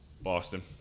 Boston